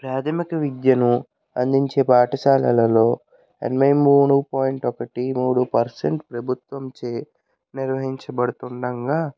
ప్రాథమిక విద్యను అందించే పాఠశాలలలో ఎనభై మూడు పాయింట్ ఒకటి మూడు పర్సెంట్ ప్రభుత్వంచే నిర్వహించబడుతుండగా